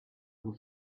who